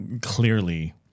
clearly